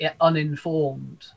uninformed